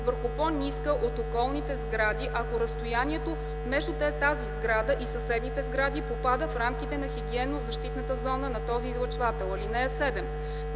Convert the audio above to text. върху по-ниска от околните сгради, ако разстоянието между тази сграда и съседните сгради попада в рамките на хигиенно-защитната зона на този излъчвател. (7)